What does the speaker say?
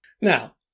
Now